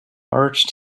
urged